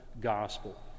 gospel